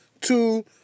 two